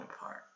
apart